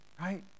right